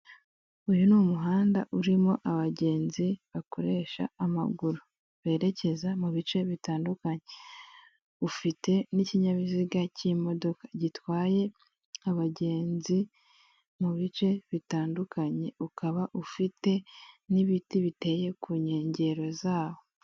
Uyu ni umuhanda urimo abagenzi bakoresha amaguru berekeza mu bice bitandukanye, ufite n'ikinyabiziga k'imodoka gitwaye abagenzi mu bice bitandukanye ukaba ufite n'ibiti biteye ku nkengero zawo.